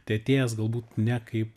tai atėjęs galbūt ne kaip